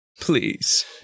Please